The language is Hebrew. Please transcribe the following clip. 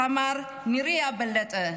סמ"ר נריה בלטה,